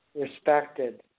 respected